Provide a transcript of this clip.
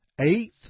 Eighth